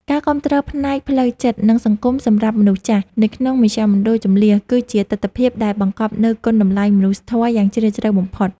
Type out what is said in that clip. ការគាំទ្រផ្នែកផ្លូវចិត្ត និងសង្គមសម្រាប់មនុស្សចាស់នៅក្នុងមជ្ឈមណ្ឌលជម្លៀស គឺជាទិដ្ឋភាពដែលបង្កប់នូវគុណតម្លៃមនុស្សធម៌យ៉ាងជ្រាលជ្រៅបំផុត។